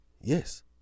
Yes